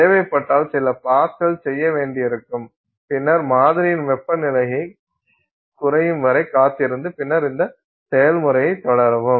தேவைப்பட்டால் சில பாஸ்கள் செய்ய வேண்டியிருக்கும் பின்னர் மாதிரியின் வெப்பநிலை குறையும் வரை காத்திருந்து பின்னர் இந்த செயல்முறையை தொடரவும்